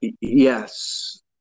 Yes